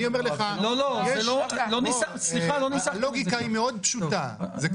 אני אומר לך, הלוגיקה היא מאוד פשוטה, כל